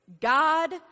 God